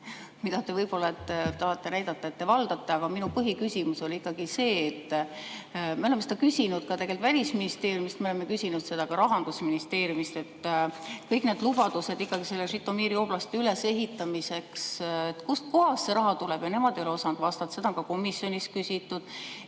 mida te võib-olla tahate näidata, et te valdate, aga minu põhiküsimus oli ikkagi – me oleme seda küsinud ka tegelikult Välisministeeriumist, me oleme küsinud ka Rahandusministeeriumist kõikide nende lubaduste kohta selle Žõtomõri oblasti ülesehitamisel –, kust kohast see raha tuleb. Nemad ei ole osanud vastata. Seda on ka komisjonis küsitud,